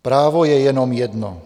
Právo je jenom jedno.